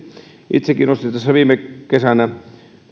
itsekin ostin tässä viime kesänä